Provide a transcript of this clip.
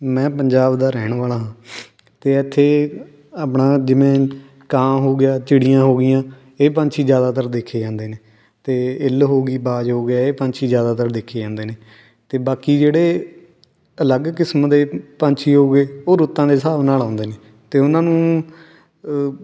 ਮੈਂ ਪੰਜਾਬ ਦਾ ਰਹਿਣ ਵਾਲਾ ਹਾਂ ਅਤੇ ਇੱਥੇ ਆਪਣਾ ਜਿਵੇਂ ਕਾਂ ਹੋ ਗਿਆ ਚਿੜੀਆਂ ਹੋ ਗਈਆਂ ਇਹ ਪੰਛੀ ਜ਼ਿਆਦਾਤਰ ਦੇਖੇ ਜਾਂਦੇ ਨੇ ਅਤੇ ਇੱਲ ਹੋ ਗਈ ਬਾਜ਼ ਹੋ ਗਿਆ ਇਹ ਪੰਛੀ ਜ਼ਿਆਦਾਤਰ ਦੇਖੇ ਜਾਂਦੇ ਨੇ ਅਤੇ ਬਾਕੀ ਜਿਹੜੇ ਅਲੱਗ ਕਿਸਮ ਦੇ ਪੰਛੀ ਹੋ ਗਏ ਉਹ ਰੁੱਤਾਂ ਦੇ ਹਿਸਾਬ ਨਾਲ ਆਉਂਦੇ ਨੇ ਅਤੇ ਉਹਨਾਂ ਨੂੰ